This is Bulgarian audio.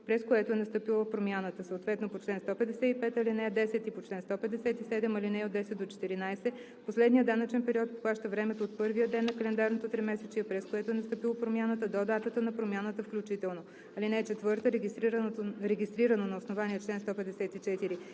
през което е настъпила промяната. Съответно по чл. 155, ал. 10 и по чл. 157, ал. 10-14, последният данъчен период обхваща времето от първия ден на календарното тримесечие, през което е настъпила промяната, до датата на промяната включително. (4) Регистрирано на основание чл. 154